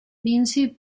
lindsey